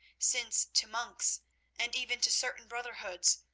since to monks and even to certain brotherhoods,